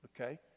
Okay